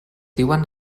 diuen